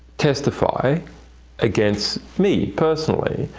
testify against me, personally,